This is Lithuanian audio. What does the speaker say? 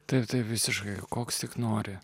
taip tai visiškai koks tik nori